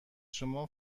شما